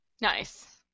Nice